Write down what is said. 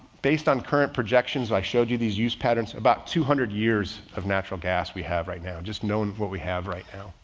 based on current projections. i showed you these use patterns about two hundred years of natural gas. we have right now just knowing what we have right now,